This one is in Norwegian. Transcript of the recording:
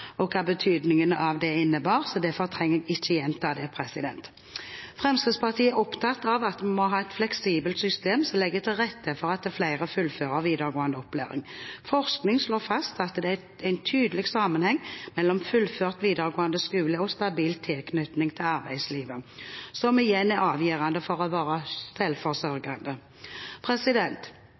redegjørelse, hva betydningen av det innebar, derfor trenger jeg ikke gjenta det. Fremskrittspartiet er opptatt av at vi må ha et fleksibelt system som legger til rette for at flere fullfører videregående opplæring. Forskning slår fast at det er en tydelig sammenheng mellom fullført videregående skole og stabil tilknytning til arbeidslivet, som igjen er avgjørende for å være